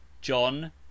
John